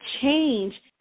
change